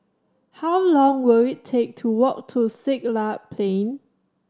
how long will it take to walk to Siglap Plain